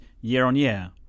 year-on-year